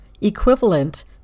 equivalent